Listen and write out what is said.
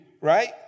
right